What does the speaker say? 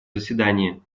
заседании